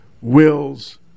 wills